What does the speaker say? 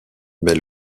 mais